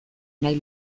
nahi